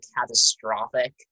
catastrophic